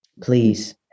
please